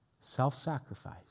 Self-sacrifice